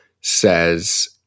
says